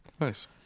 Nice